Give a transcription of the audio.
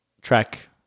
track